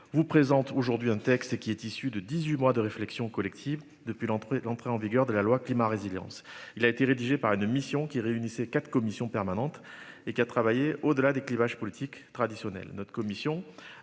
vous présente aujourd'hui un texte qui est issu de 18 mois de réflexion collective depuis l'entrée l'entrée en vigueur de la loi climat résilience. Il a été rédigé par une mission qui réunissait 4 commissions permanentes et qui à travailler au-delà des clivages politiques traditionnels.